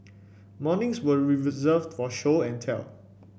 mornings were reserved for show and tell